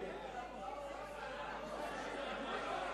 שנייה?